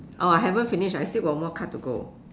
oh I haven't finish I still got one more card to go